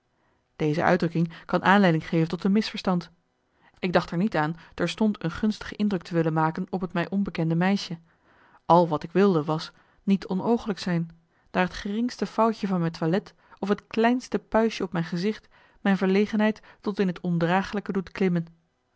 deze uitdrukking kan aanleiding geven tot een misverstand ik dacht er niet aan terstond een gunstige indruk te willen maken op het mij onbekende meisje al wat ik wilde was niet onooglijk zijn daar het geringste foutje van mijn toilet of het kleinste puistje op mijn gezicht mijn verlegenheid tot in het marcellus emants een nagelaten bekentenis ondraaglijke doet klimmen